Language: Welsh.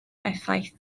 effaith